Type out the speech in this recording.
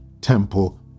temple